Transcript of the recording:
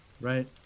Right